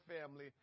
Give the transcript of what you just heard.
family